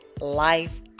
life